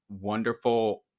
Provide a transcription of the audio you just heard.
wonderful